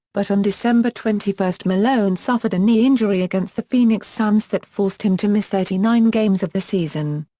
but on december twenty one malone suffered a knee injury against the phoenix suns that forced him to miss thirty nine games of the season.